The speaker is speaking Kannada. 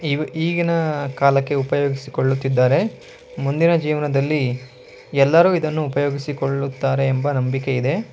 ಈವ ಈಗಿನ ಕಾಲಕ್ಕೆ ಉಪಯೋಗಿಸಿಕೊಳ್ಳುತ್ತಿದ್ದಾರೆ ಮುಂದಿನ ಜೀವನದಲ್ಲಿ ಎಲ್ಲರೂ ಇದನ್ನು ಉಪಯೋಗಿಸಿಕೊಳ್ಳುತ್ತಾರೆ ಎಂಬ ನಂಬಿಕೆ ಇದೆ